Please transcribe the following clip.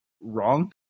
wrong